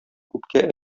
күпкә